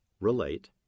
relate